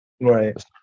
Right